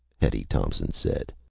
hetty thompson said.